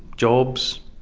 jobs.